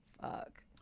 Fuck